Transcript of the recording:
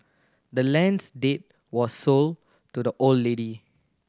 the land's deed was sold to the old lady